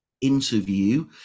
interview